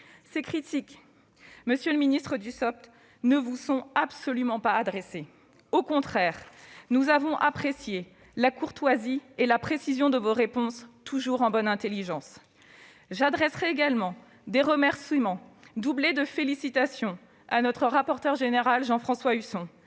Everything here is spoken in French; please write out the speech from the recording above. Ces critiques, monsieur le ministre Dussopt, ne vous sont absolument pas adressées. Au contraire, nous avons apprécié la courtoisie et la précision de vos réponses, toujours en bonne intelligence. J'adresserai également des remerciements, doublés de félicitations, à notre rapporteur général, Jean-François Husson.